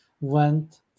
went